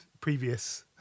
previous